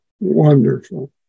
Wonderful